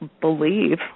believe